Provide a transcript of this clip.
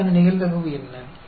तो 30 मिनट तक कोई नहीं आया